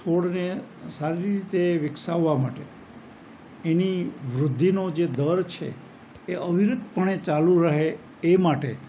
છોડને સારી રીતે વિકસાવવા માટે એની વૃદ્ધિનો જે દર છે એ અવિરત પણે ચાલુ રહે એ માટે